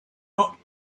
not